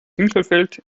winkelfeld